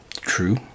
True